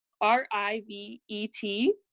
R-I-V-E-T